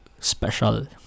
special